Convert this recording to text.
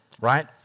Right